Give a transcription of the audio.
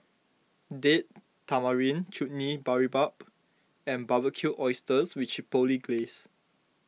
Date Tamarind Chutney Boribap and Barbecued Oysters with Chipotle Glaze